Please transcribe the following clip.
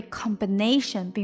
combination